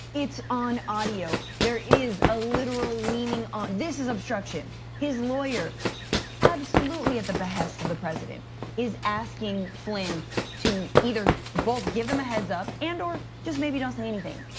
it's on audio. there is a literal leaning on, this is obstruction. his lawyer absolutely at the behest of the president is asking flynn to either both give them a heads up and or just maybe don't say anything.